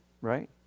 right